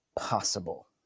possible